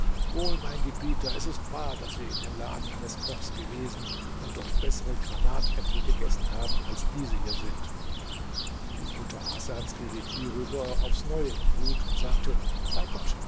wohl mein gebieter es ist wahr daß wir in dem laden eines kochs gewesen und dort bessere granatäpfel gegessen haben als diese hier sind die mutter hasans geriet hierüber aufs neue in wut und sagte bei gott